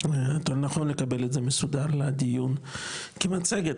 יותר נכון לקבל את זה מסודר לדיון כמצגת,